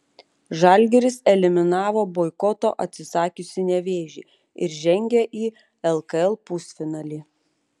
žalgiris eliminavo boikoto atsisakiusį nevėžį ir žengė į lkl pusfinalį